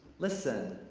listen,